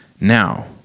Now